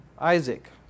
Isaac